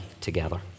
together